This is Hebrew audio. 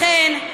לכן,